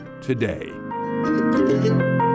today